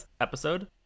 episode